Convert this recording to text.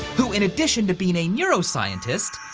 who in addition to being a neuroscientist,